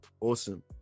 awesome